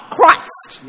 Christ